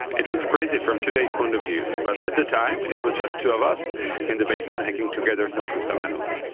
it looks crazy from today's point of view, but at the time it was just the of us in the basement hacking together some prusa mendels.